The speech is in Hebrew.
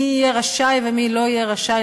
מי יהיה רשאי ומי לא יהיה רשאי,